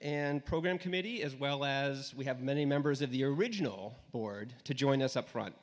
and program committee as well as we have many members of the original board to join us up front